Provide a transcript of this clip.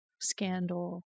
scandal